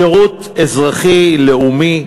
שירות אזרחי לאומי,